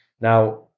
Now